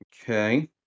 Okay